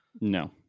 No